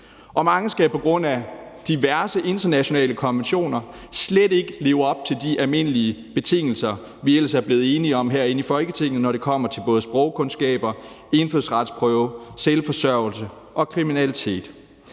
Mange skal på grund af diverse internationale konventioner slet ikke leve op til de almindelige betingelser, vi ellers blevet enige om herinde i Folketinget, når det kommer til både sprogkundskaber, indfødsretsprøve, selvforsørgelse og kriminalitet.